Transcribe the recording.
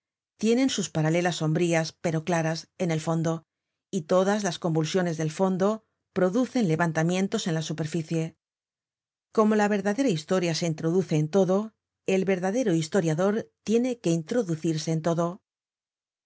tienen sus paralelas sombrías pero claras en el fondo y todas las convulsiones del fondo producen levantamientos en la superficie como la verdadera historia se introduce en todo el verdadero historiador tiene que introducirse en todo